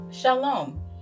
Shalom